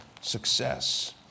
success